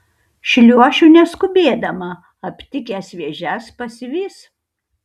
šliuošiu neskubėdama aptikęs vėžes pasivys